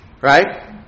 right